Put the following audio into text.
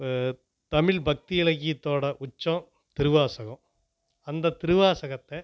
இப்போ தமிழ் பக்தி இலக்கியத்தோட உச்சம் திருவாசகம் அந்த திருவாசகத்தை